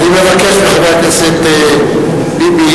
אני מבקש מחבר הכנסת ביבי.